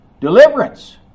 Deliverance